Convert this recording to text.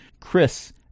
Chris